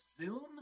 Zoom